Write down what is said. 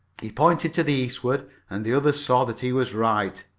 he pointed to the eastward and the others saw that he was right.